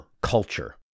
culture